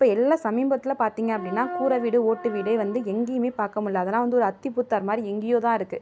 இப்போ எல்லா சமீபத்தில் பார்த்திங்க அப்படின்னா கூரை வீடு ஓட்டு வீடுவே வந்து எங்கேயுமே பார்க்கமுல்ல அதலாம் வந்து ஒரு அத்திப்பூத்தார் மாதிரி எங்கேயோதான் இருக்குது